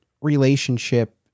relationship